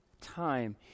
time